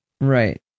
right